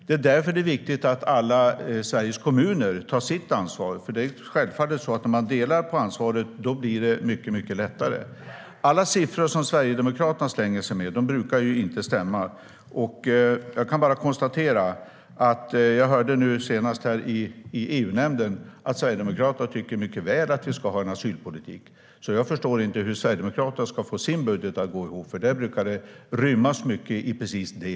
Det är därför som det är viktigt att alla Sveriges kommuner tar sitt ansvar. Om man delar på ansvaret blir det självfallet mycket lättare. Alla siffror som Sverigedemokraterna slänger sig med brukar inte stämma. Jag kan bara konstatera att jag senast nu i EU-nämnden hörde att Sverigedemokraterna mycket väl tycker att vi ska ha en asylpolitik. Så jag förstår inte hur Sverigedemokraterna ska få sin budget att gå ihop. Precis i det hålet brukar det rymmas mycket.